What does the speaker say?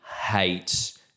hates